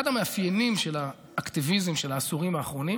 אחד המאפיינים של האקטיביזם של העשורים האחרונים